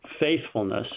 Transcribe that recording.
faithfulness